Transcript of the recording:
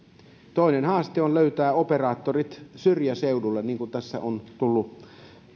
toinen haaste on löytää operaattorit syrjäseuduille niin kuin tässä on tullut